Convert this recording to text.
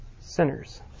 sinners